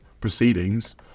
proceedings